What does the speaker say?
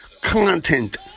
content